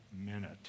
minute